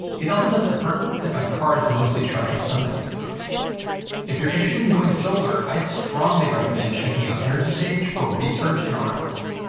it also doesn't hurt that my car is mostly charged with sunlight. if you're interested in going solar, i strongly recommend checking out energysage for research and articles.